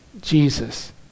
Jesus